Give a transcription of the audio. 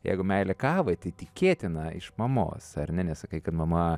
jeigu meilė kavai tai tikėtina iš mamos ar ne nes sakei kad mama